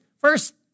First